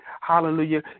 hallelujah